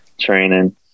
training